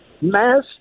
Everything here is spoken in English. mass